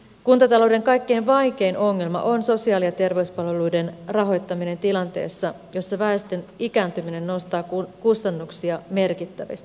kuntatalouden kaikkein vaikein ongelma on sosiaali ja terveyspalveluiden rahoittaminen tilanteessa jossa väestön ikääntyminen nostaa kustannuksia merkittävästi